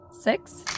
six